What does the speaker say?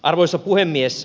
arvoisa puhemies